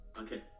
Okay